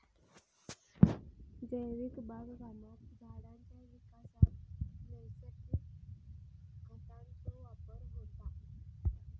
जैविक बागकामात झाडांच्या विकासात नैसर्गिक खतांचो वापर होता